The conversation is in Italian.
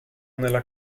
nella